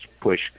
push